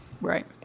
Right